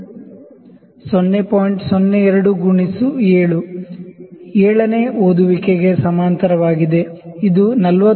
02 ಗುಣಿಸು 7 7 ನೇ ರೀಡಿಂಗ್ ಸಮಾಂತರವಾಗಿದೆ ಇದು 41